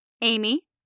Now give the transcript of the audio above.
Amy